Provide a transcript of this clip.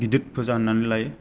गिदिर पुजा होननानै लायो